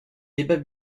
débats